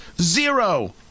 Zero